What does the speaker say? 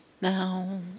Now